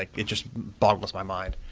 it just boggles my mind.